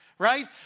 right